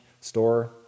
Store